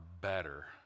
better